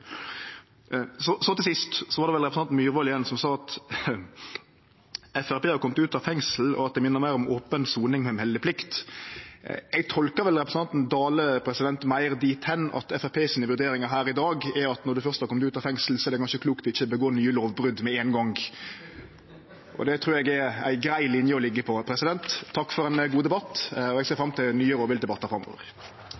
så viktige saker. Til sist: Det var vel representanten Myhrvold som sa at Framstegspartiet har kome ut av fengsel, og at det minner meir om open soning med meldeplikt. Eg tolkar vel representanten Dale meir dit at Framstegspartiet si vurdering her i dag er at når ein først har kome ut av fengsel, er det kanskje klokt å ikkje gjere seg skuldig i nye lovbrot med ein gong. Det trur eg er ei grei linje å leggje seg på. Takk for ein god debatt. Eg ser